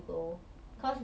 他们的 cancel liao